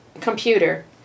computer